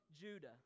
Judah